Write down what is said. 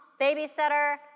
babysitter